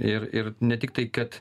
ir ir ne tiktai kad